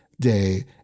day